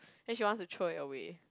then she wants to throw it away